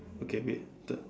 okay wait the